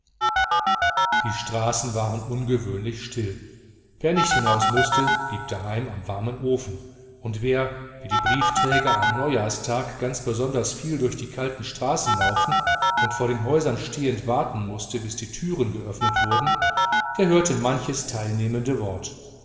die straßen waren ungewöhnlich still wer nicht hinaus mußte blieb daheim am warmen ofen und wer wie die briefträger am neujahrstag ganz besonders viel durch die kalten straßen laufen und vor den häusern stehend warten mußte bis die türen geöffnet wurden der hörte manches teilnehmende wort